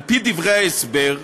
על-פי דברי ההסבר,